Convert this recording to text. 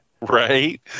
Right